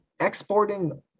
exporting